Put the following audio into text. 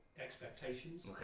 expectations